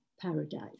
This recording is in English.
paradise